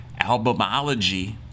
Albumology